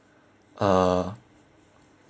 uh